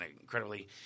incredibly